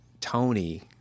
Tony